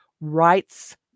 rights